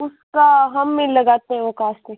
उसका हम नहीं लगाते वो कॉस्ट में